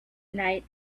night